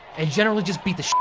and generally just beat the.